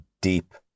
deep